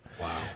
Wow